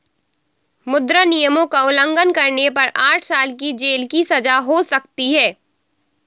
मुद्रा नियमों का उल्लंघन करने पर आठ साल की जेल की सजा हो सकती हैं